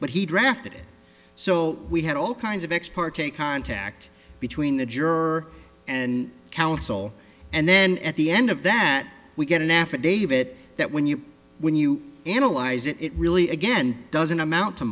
but he drafted it so we had all kinds of ex parte contact between the juror and counsel and then at the end of that we get an affidavit that when you when you analyze it it really again doesn't amount to